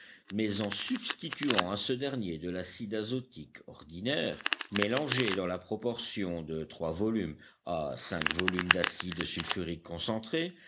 mais en substituant à ce dernier de l'acide azotique ordinaire mélangé dans la proportion de trois volumes à cinq volumes d'acide sulfurique concentré